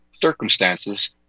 circumstances